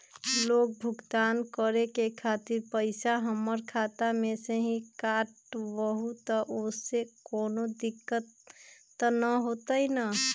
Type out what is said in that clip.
Loan भुगतान करे के खातिर पैसा हमर खाता में से ही काटबहु त ओसे कौनो दिक्कत त न होई न?